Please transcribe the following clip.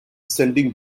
sending